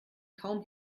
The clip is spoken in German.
kaum